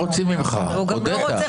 מי אחראי?